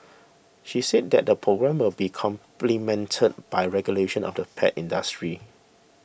she said that the programme will be complemented by regulation of the pet industry